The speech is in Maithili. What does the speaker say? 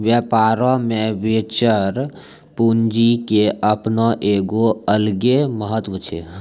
व्यापारो मे वेंचर पूंजी के अपनो एगो अलगे महत्त्व छै